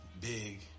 big